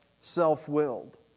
self-willed